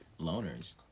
loners